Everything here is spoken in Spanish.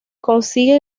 consigue